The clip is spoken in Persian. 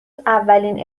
اولین